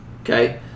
Okay